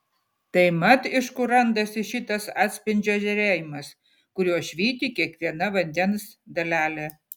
tai mat iš kur randasi šitas atspindžio žėrėjimas kuriuo švyti kiekviena vandens dalelė